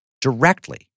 directly